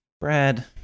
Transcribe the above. Brad